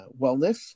wellness